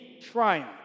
triumph